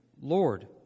Lord